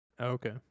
Okay